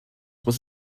was